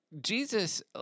Jesus